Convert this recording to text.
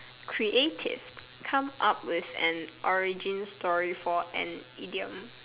creative come up with an origin story for an idiom